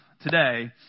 today